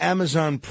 Amazon